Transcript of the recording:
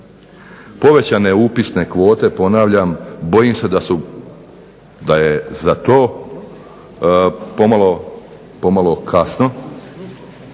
Povećane upisne kvote, ponavljam, bojim se da je za to pomalo kasno